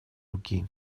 руки